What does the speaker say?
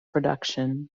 production